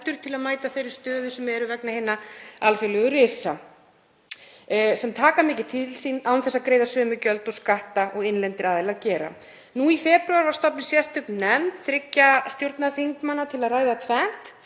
til að mæta þeirri stöðu sem er uppi vegna hinna alþjóðlegu risa sem taka mikið til sín án þess að greiða sömu gjöld og skatta og innlendir aðilar gera. Nú í febrúar var stofnuð sérstök nefnd þriggja stjórnarþingmanna til að ræða tvennt;